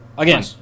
Again